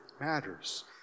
matters